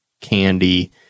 candy